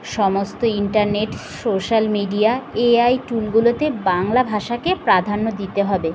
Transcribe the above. সমস্ত internet social media AI টুলগুলোতে বাংলা ভাষাকে প্রাধান্য দিতে হবে